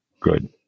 Good